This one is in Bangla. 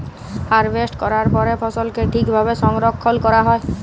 হারভেস্ট ক্যরার পরে ফসলকে ঠিক ভাবে সংরক্ষল ক্যরা হ্যয়